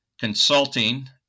Consulting